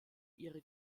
ihre